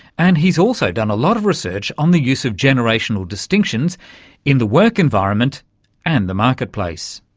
and he's also done a lot of research on the use of generational distinctions in the work environment and the marketplace.